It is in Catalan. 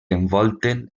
envolten